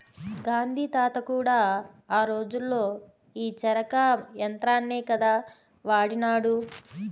గాంధీ తాత కూడా ఆ రోజుల్లో ఈ చరకా యంత్రాన్నే కదా వాడినాడు